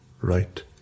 right